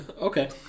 okay